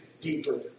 deeper